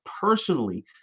personally